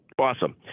Awesome